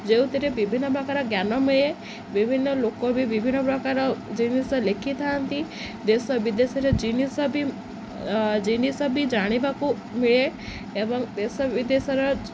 ଯେଉଁଥିରେ ବିଭିନ୍ନ ପ୍ରକାର ଜ୍ଞାନ ମିଳେ ବିଭିନ୍ନ ଲୋକ ବି ବିଭିନ୍ନ ପ୍ରକାର ଜିନିଷ ଲେଖିଥାନ୍ତି ଦେଶ ବିଦେଶରେ ଜିନିଷ ବି ଜିନିଷ ବି ଜାଣିବାକୁ ମିଳେ ଏବଂ ଦେଶ ବିଦେଶର